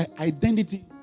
identity